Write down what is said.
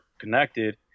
connected